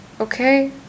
okay